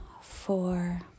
four